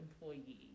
employee